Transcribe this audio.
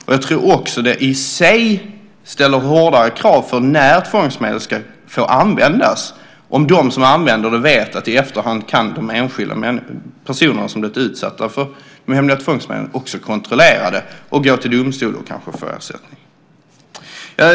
Det ställer i sig hårdare krav på när tvångsmedel ska få användas, om de som använder det vet att de enskilda personerna som har blivit utsatta för de hemliga tvångsmedlen i efterhand kan kontrollera, gå till domstol och kanske få ersättning.